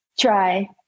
try